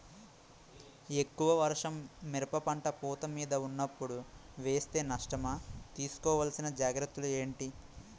ఎక్కువ వర్షం మిరప పంట పూత మీద వున్నపుడు వేస్తే నష్టమా? తీస్కో వలసిన జాగ్రత్తలు ఏంటి?